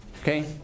Okay